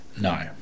No